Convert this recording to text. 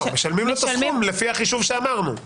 משלמים את הסכום לפי החישוב שאמרנו.